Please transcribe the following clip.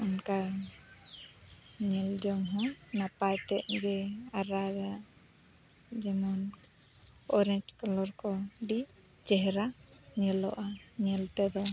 ᱚᱱᱠᱟᱱ ᱧᱮᱞ ᱡᱚᱝ ᱦᱚᱸ ᱱᱟᱯᱟᱭ ᱛᱮᱫ ᱜᱮ ᱟᱨᱟᱜᱟᱜ ᱡᱮᱢᱚᱱ ᱚᱨᱮᱧᱡᱽ ᱠᱟᱞᱟᱨ ᱠᱚ ᱟᱹᱰᱤ ᱪᱮᱦᱨᱟ ᱧᱮᱞᱚᱜᱼᱟ ᱧᱮᱞ ᱛᱮᱫᱚ